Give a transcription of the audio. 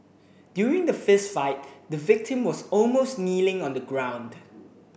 during the fist fight the victim was almost kneeling on the ground